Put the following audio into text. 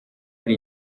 ari